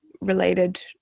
related